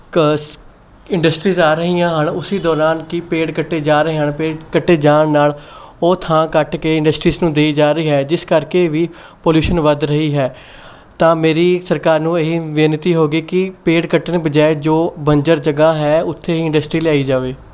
industries ਆ ਰਹੀਆਂ ਹਨ ਉਸ ਦੌਰਾਨ ਕਿ ਪੇੜ ਕੱਟੇ ਜਾ ਰਹੇ ਹਨ ਪੇੜ ਕੱਟੇ ਜਾਣ ਨਾਲ ਉਹ ਥਾਂ ਕੱਟ ਕੇ ਇੰਡਸਟਰੀਜ਼ ਨੂੰ ਦੇਈ ਜਾ ਰਹੀ ਹੈ ਜਿਸ ਕਰਕੇ ਵੀ ਪੋਲਿਊਸ਼ਨ ਵੱਧ ਰਹੀ ਹੈ ਤਾਂ ਮੇਰੀ ਸਰਕਾਰ ਨੂੰ ਇਹ ਬੇਨਤੀ ਹੋਵੇਗੀ ਕਿ ਪੇੜ ਕੱਟਣ ਬਜਾਏ ਜੋ ਬੰਜਰ ਜਗ੍ਹਾ ਹੈ ਉੱਥੇ ਹੀ ਇੰਡਸਟਰੀ ਲਿਆਈ ਜਾਵੇ